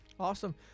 Awesome